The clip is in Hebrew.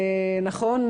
נכון,